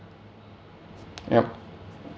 yup